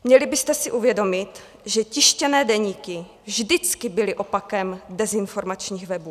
Měli byste si uvědomit, že tištěné deníky vždycky byly opakem dezinformačních webů.